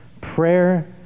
Prayer